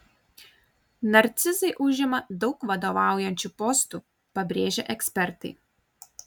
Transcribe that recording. narcizai užima daug vadovaujančių postų pabrėžia ekspertai